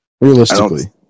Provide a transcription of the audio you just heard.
Realistically